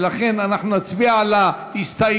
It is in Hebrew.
ולכן אנחנו נצביע על ההסתייגות